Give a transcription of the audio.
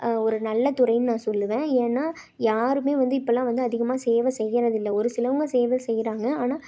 ஒரு நல்ல துறைன்னு நான் சொல்லுவேன் ஏன்னா யாரும் வந்து இப்போலாம் வந்து அதிகமாக சேவை செய்கிறதில்ல ஒரு சிலருங்க சேவை செய்கிறாங்க ஆனால்